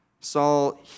Saul